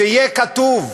שיהיה כתוב,